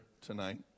tonight